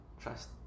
trust